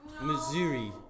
Missouri